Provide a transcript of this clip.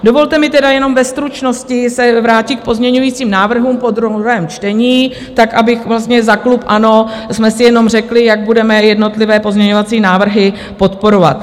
Dovolte mi tedy jenom ve stručnosti se vrátit k pozměňovacím návrhům po druhém čtení tak, abychom vlastně za klub ANO si jenom řekli, jak budeme jednotlivé pozměňovací návrhy podporovat.